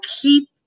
keep